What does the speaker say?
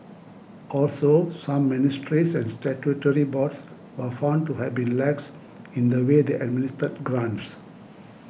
also some ministries and statutory boards were found to have been lax in the way they administered grants